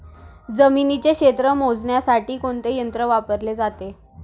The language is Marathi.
जमिनीचे क्षेत्र मोजण्यासाठी कोणते यंत्र वापरले जाते?